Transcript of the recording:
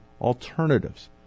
alternatives